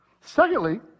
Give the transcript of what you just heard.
Secondly